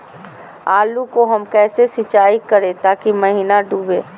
आलू को हम कैसे सिंचाई करे ताकी महिना डूबे?